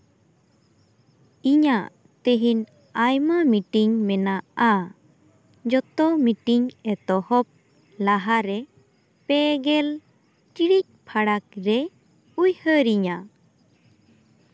ᱤᱧᱟᱹᱜ ᱛᱮᱦᱤᱧ ᱟᱭᱢᱟ ᱢᱤᱴᱤᱝ ᱢᱮᱱᱟᱜᱼᱟ ᱡᱚᱛᱚ ᱢᱤᱴᱤᱝ ᱮᱛᱚᱦᱚᱵ ᱞᱟᱦᱟᱨᱮ ᱯᱮᱜᱮᱞ ᱴᱤᱬᱤᱡ ᱯᱟᱨᱟᱠᱨᱮ ᱩᱭᱦᱟᱹᱨ ᱤᱧᱟᱹ